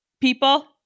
People